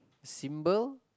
symbol